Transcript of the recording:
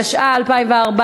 התשע"ה 2014,